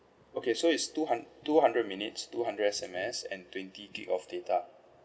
okay so it's two hund~ two hundred minutes two hundred S_M_S and twenty gigabyte of data